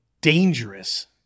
dangerous